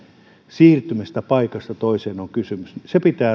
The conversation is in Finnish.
siirtymisestä paikasta toiseen on kysymys se pitää